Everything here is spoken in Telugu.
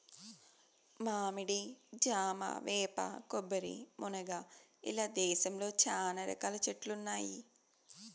మామిడి, జామ, వేప, కొబ్బరి, మునగ ఇలా దేశంలో చానా రకాల చెట్లు ఉన్నాయి